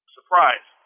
Surprise